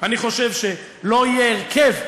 אני חושב שלא יהיה הרכב,